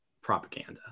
propaganda